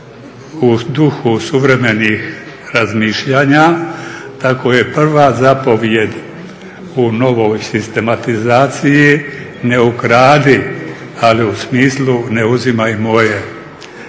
u duhu suvremenih razmišljanja. Tako je prva zapovijed u novoj sistematizaciji ne ukradi, ali u smislu ne uzimaj moje.